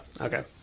Okay